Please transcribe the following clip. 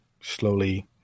slowly